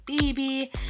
baby